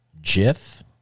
Jiff